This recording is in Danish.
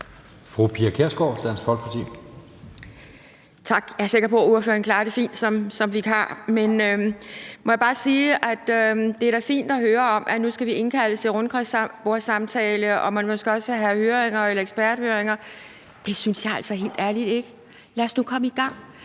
Pia Kjærsgaard (DF): Tak. Jeg er sikker på, at ordføreren klarer det fint som vikar. Må jeg bare sige, at det da er fint at høre om, at vi skal nu indkaldes til rundbordssamtaler, og at man måske også skal have eksperthøringer, men det synes jeg altså helt ærligt ikke. Lad os nu komme i gang!